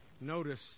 Notice